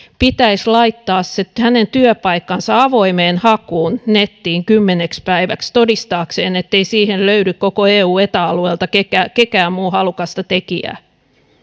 pitäisi laittaa se hänen työpaikkansa avoimeen hakuun nettiin kymmeneksi päiväksi todistaakseen ettei siihen löydy koko eu ja eta alueelta ketään muuta halukasta tekijää